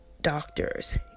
doctors